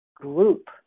group